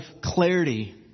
clarity